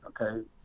Okay